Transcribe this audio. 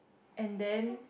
and then